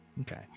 Okay